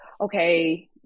okay